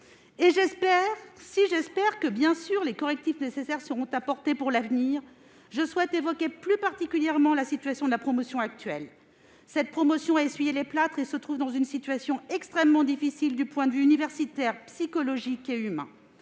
J'espère que les correctifs nécessaires seront apportés à l'avenir. Je souhaite évoquer plus particulièrement la situation de la promotion actuelle. Celle-ci a « essuyé les plâtres » et se trouve dans une situation très difficile sur les plans universitaire, psychologique et humain.